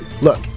Look